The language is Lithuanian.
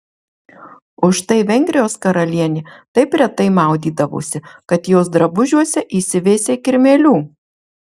o štai vengrijos karalienė taip retai maudydavosi kad jos drabužiuose įsiveisė kirmėlių